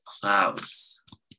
clouds